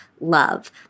love